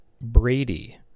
Brady